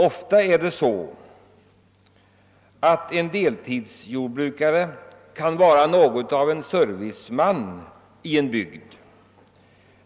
Ofta är deltidsjordbrukaren något av en serviceman i bygden.